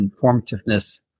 informativeness